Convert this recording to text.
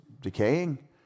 decaying